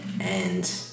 and-